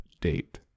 date